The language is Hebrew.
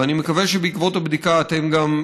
ואני מקווה שבעקבות הבדיקה אתם גם,